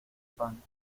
pan